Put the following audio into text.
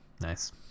Nice